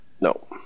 No